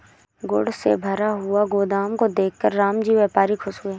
goods से भरा हुआ गोदाम को देखकर रामजी व्यापारी खुश हुए